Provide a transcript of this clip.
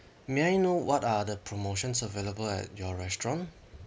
may I know what are the promotions available at your restaurant